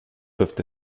peuvent